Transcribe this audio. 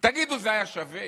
תגידו, זה היה שווה?